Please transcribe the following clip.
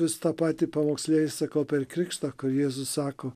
vis tą patį pamokslėlį sakau per krikštą jėzus sako